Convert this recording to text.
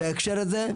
בהקשר הזה,